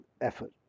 effort